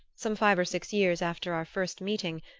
some five or six years after our first meeting,